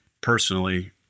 Personally